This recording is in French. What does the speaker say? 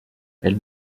elle